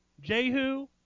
Jehu